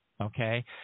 okay